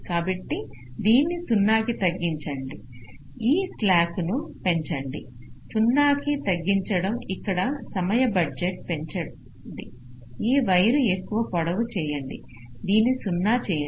కాబట్టి దీన్ని 0 కి తగ్గించండి ఈ స్లాక్ను పెంచండి 0 కి తగ్గించండి ఇక్కడ సమయ బడ్జెట్ పెంచండి ఈ వైర్ను ఎక్కువ పొడవు చేయండి దీన్ని 0 చేయండి